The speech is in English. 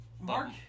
Mark